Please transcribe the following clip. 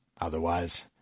Otherwise